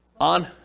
On